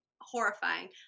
horrifying